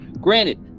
Granted